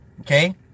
Okay